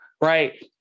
Right